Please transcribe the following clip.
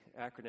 acronym